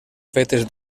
fetes